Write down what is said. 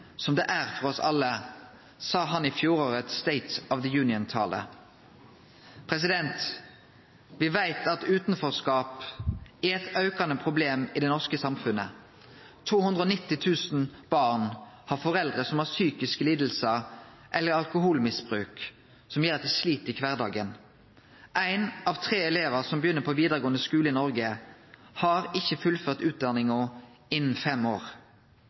som det er for oss alle. Me veit at utanforskap er eit aukande problem i det norske samfunnet. 290 000 barn har foreldre som har psykiske lidingar eller ein alkoholbruk som gjer at dei slit i kvardagen. Ein av tre elevar som begynner på vidaregåande skule i Noreg, har ikkje fullført utdanninga innan fem år.